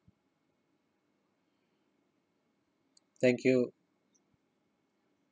thank you